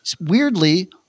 weirdly